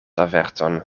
averton